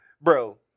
bro